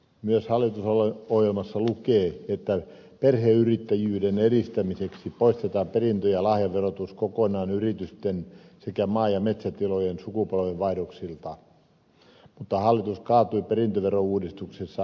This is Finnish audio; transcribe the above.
myös hallitusohjelmassa lukee että perheyrittäjyyden edistämiseksi poistetaan perintö ja lahjaverotus kokonaan yritysten sekä maa ja metsätilojen sukupolvenvaihdoksilta mutta hallitus kaatui perintöverouudistuksessa asiantuntijamiinaan